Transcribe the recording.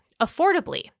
affordably